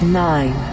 nine